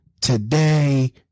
today